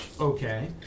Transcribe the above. Okay